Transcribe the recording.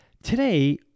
Today